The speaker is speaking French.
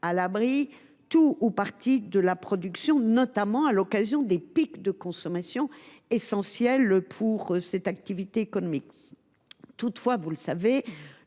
à l’abri tout ou partie de la production, notamment à l’occasion des pics de consommation, essentiels pour cette activité économique.